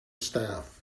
staff